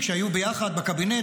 כשהיו ביחד בקבינט,